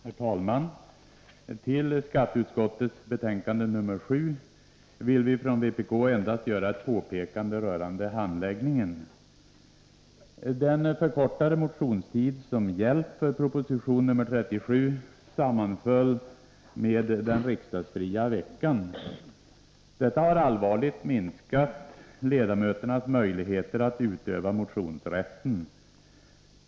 Herr talman! Till skatteutskottets betänkande nr 7 vill vi från vpk endast göra ett påpekande rörande handläggningen. Den förkortade motionstid som gällt för proposition nr 37 sammanföll med den riksdagsfria veckan. Detta har allvarligt minskat ledamöternas möjligheter att utöva motionsrätten.